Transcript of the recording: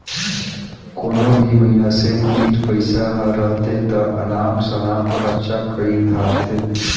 कोनो भी मइनसे तीर पइसा हर रहथे ता अनाप सनाप खरचा कइर धारथें